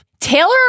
Taylor